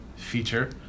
feature